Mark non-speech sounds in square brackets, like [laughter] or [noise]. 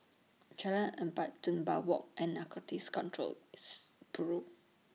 Jalan Empat Dunbar Walk and Narcotics Control [noise] Bureau